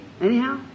anyhow